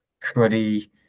cruddy